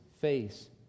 face